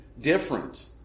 different